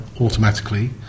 automatically